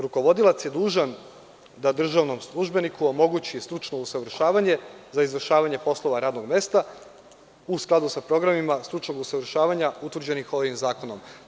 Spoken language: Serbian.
Rukovodilac je dužan da državnom službeniku omogući stručno usavršavanje za izvršavanje poslova radnog mesta u skladu sa programima stručnog usavršavanja utvrđenih ovim zakonom“